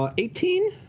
ah eighteen?